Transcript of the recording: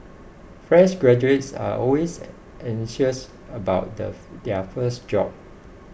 fresh graduates are always anxious about the their first job